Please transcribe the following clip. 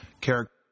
character